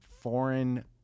foreign